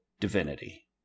divinity